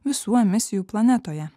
visų emisijų planetoje